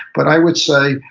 but i would say,